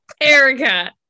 Erica